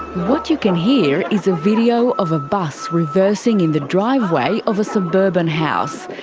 what you can hear is a video of a bus reversing in the driveway of a suburban house,